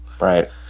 Right